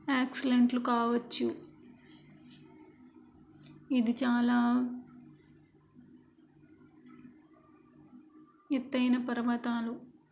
యాక్సిడెంట్లు కావచ్చు ఇది చాలా ఎత్తైన పర్వతాలు